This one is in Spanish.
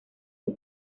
sus